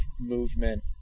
movement